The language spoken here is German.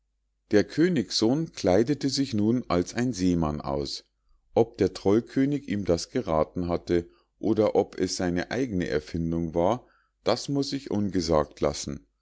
der königssohn kleidete sich nun als ein seemann aus ob der trollkönig ihm das gerathen hatte oder ob es seine eigne erfindung war das muß ich ungesagt lassen